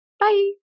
Bye